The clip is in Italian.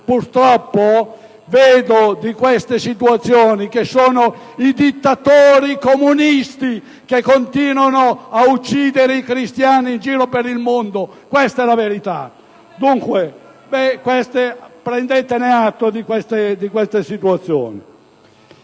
purtroppo vedo che sono i dittatori comunisti che continuano ad uccidere i cristiani in giro per il mondo. Questa è la verità. Prendete atto di queste situazioni.